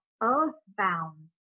earthbound